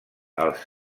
els